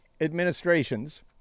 administrations